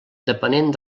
depenent